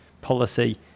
policy